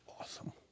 Awesome